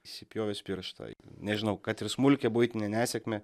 įsipjovęs pirštą nežinau kad ir smulkią buitinę nesėkmę